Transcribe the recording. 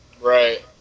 Right